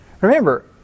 Remember